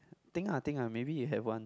think ah think ah maybe you have one